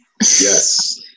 Yes